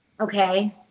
okay